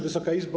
Wysoka Izbo!